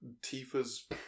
Tifa's